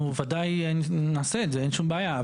אנחנו בוודאי נעשה את זה, אין שום בעיה.